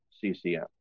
CCM